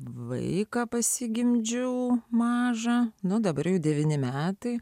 vaiką pasigimdžiau mažą nu dabar jau devyni metai